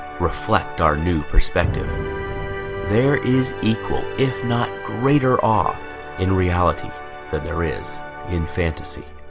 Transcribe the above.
reflect our new perspective there is equal. if not greater off in reality than there is in fantasy